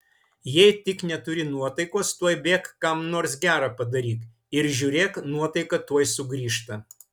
jei tik neturi nuotaikos tuoj bėk kam nors gera padaryk ir žiūrėk nuotaika tuoj sugrįžta